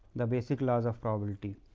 the basic laws of probability.